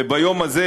וביום הזה,